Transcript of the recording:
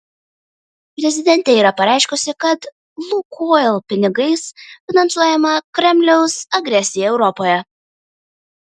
prezidentė yra pareiškusi kad lukoil pinigais finansuojama kremliaus agresija europoje